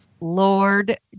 Lord